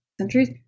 centuries